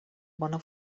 bona